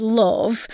love